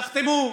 תחתמו,